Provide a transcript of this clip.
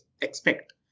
expect